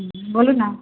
बोलू न